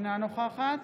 אינה נוכחת